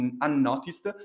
unnoticed